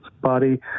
body